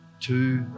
two